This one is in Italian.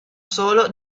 solo